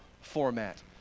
format